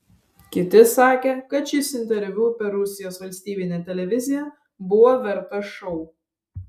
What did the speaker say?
kiti sakė kad šis interviu per rusijos valstybinę televiziją buvo vertas šou